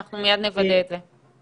אוקיי, אנחנו מיד נוודא את זה.